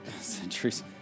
centuries